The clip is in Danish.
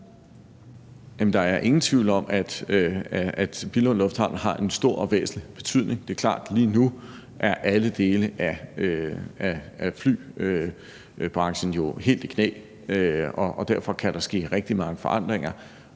der er ingen tvivl om, at Billund Lufthavn har en stor og væsentlig betydning. Det er klart, at lige nu er alle dele af flybranchen jo helt i knæ, og derfor kan der ske rigtig mange forandringer.